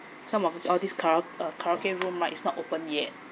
some of all these kara~ uh karaoke room right is not open yet